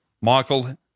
Michael